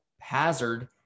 hazard